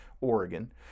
Oregon